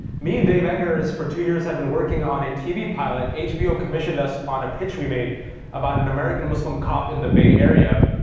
me and dave eggers, for two years, have been working on a tv pilot. hbo commissioned us on a pitch we made about an american muslim cop in the bay area.